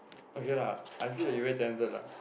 okay lah I feel that you very tempted lah